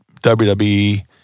WWE